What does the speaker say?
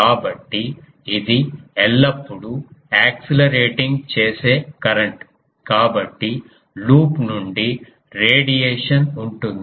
కాబట్టి ఇది ఎల్లప్పుడూ యాక్సిలరేటింగ్ చేసే కరెంట్ కాబట్టి లూప్ నుండి రేడియేషన్ ఉంటుంది